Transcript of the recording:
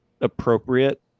appropriate